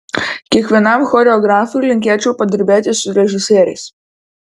kiekvienam choreografui linkėčiau padirbėti su režisieriais